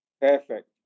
Perfect